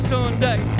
Sunday